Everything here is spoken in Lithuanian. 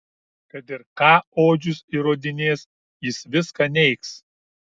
kad ir ką odžius įrodinės jis viską neigs